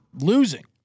losing